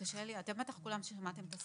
אתם בטח שמעתם כולכם את הסיפור,